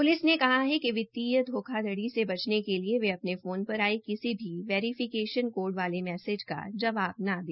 police ने कहा है कि वित्तीय धोखाधड़ी से बचने के लिए वे अपने फोन पर आये किसी भी वेरीफीकेशन कोड वाले मैसेज का जवाब न दे